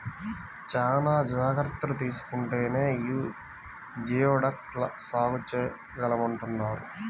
చానా జాగర్తలు తీసుకుంటేనే యీ జియోడక్ ల సాగు చేయగలమంటన్నారు